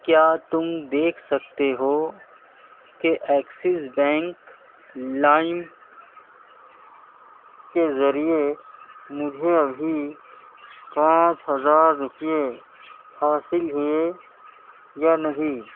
کیا تم دیکھ سکتے ہو کہ ایکسس بینک لائم کے ذریعے مجھے ابھی پانچ ہزار روپے حاصل ہوئے یا نہیں